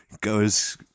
Goes